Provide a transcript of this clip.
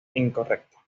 incorrecto